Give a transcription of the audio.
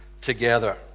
together